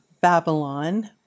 Babylon